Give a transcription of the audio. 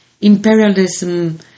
imperialism